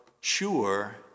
sure